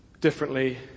differently